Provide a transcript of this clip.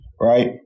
right